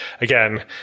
again